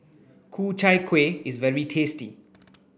Ku Chai Kuih is very tasty